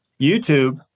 YouTube